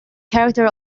character